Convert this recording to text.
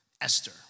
Esther